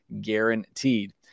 guaranteed